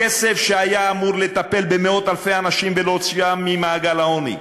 הכסף שהיה אמור לטפל במאות-אלפי אנשים ולהוציאם ממעגל העוני,